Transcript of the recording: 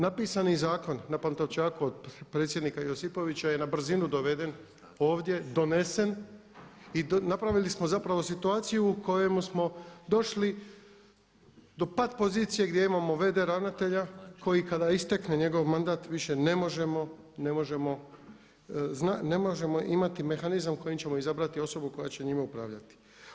Napisani zakon na Pantovčaku od predsjednika Josipovića je na brzinu doveden ovdje, donesen i napravili smo zapravo situaciju u kojoj smo došli do pat pozicije gdje imamo v.d. ravnatelja koji kada istekne njegov mandat više ne možemo imati mehanizam kojim ćemo izabrati osobu koja će njima upravljati.